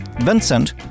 vincent